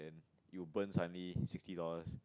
you will burn suddenly sixty dollars